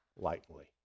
lightly